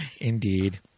indeed